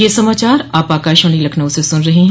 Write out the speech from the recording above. ब्रे क यह समाचार आप आकाशवाणी लखनऊ से सुन रहे हैं